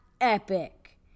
epic